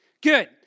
Good